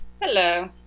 Hello